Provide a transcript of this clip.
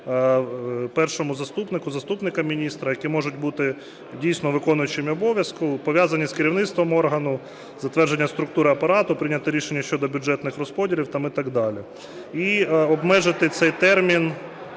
першому заступнику, заступникам міністра, які можуть бути дійсно виконуючими обов'язки, пов'язані з керівництвом органу, затвердження структури апарату, прийняти рішення щодо бюджетних розподілів там і так далі. І обмежити цей термін